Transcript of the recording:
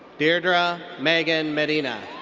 dirdra megan medina.